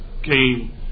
came